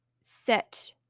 set